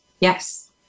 Yes